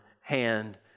hand